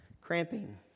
Cramping